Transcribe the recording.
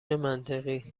منطقی